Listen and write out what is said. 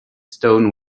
stone